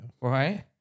Right